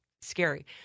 scary